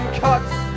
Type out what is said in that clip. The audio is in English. cuts